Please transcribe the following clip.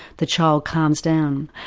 the child calms down.